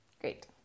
Great